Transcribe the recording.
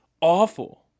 awful